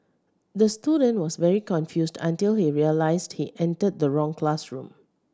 the student was very confused until he realised he entered the wrong classroom